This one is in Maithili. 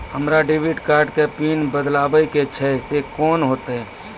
हमरा डेबिट कार्ड के पिन बदलबावै के छैं से कौन होतै?